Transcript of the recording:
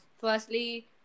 firstly